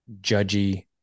judgy